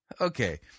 okay